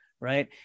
right